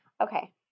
okay